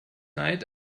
neid